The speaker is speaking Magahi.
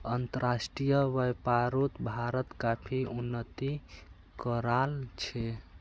अंतर्राष्ट्रीय व्यापारोत भारत काफी उन्नति कराल छे